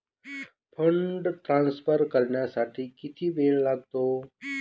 Fund transfer करण्यासाठी किती वेळ लागतो?